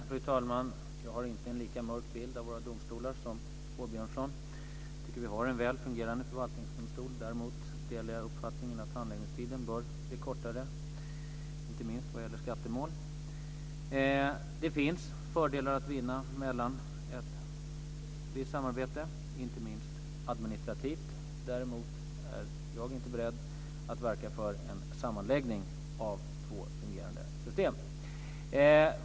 Fru talman! Jag har inte en lika mörk bild av våra domstolar som Åbjörnsson. Vi har en väl fungerande förvaltningsdomstol. Däremot delar jag uppfattningen att handläggningstiden bör bli kortare, inte minst vad gäller skattemål. Det finns fördelar att vinna i ett visst samarbete, inte minst administrativt. Däremot är jag inte beredd att verka för en sammanläggning av två fungerande system.